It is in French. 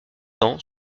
ans